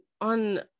on